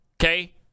Okay